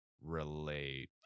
relate